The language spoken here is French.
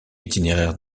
itinéraire